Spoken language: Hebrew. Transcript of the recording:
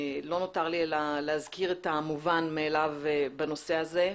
לא נותן לי אלא להזכיר את המובן מאליו בנושא הזה.